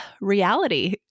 reality